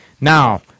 now